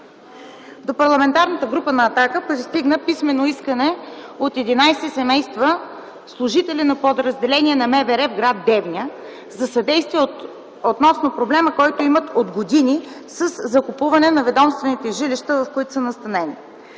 До Парламентарната група на „Атака” пристигна писмено искане от 11 семейства – служители на подразделението на МВР в град Девня, за съдействие относно проблема, който имат от години за закупуване на ведомствените жилища, в които са настанени.